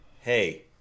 Hey